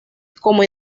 como